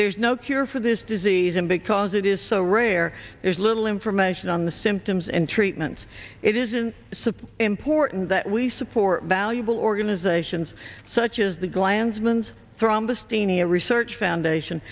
there's no cure for this disease and because it is so rare there's little information on the symptoms and treatments it isn't simple important that we support valuable organizations such as the glans women's thrombus denia research foundation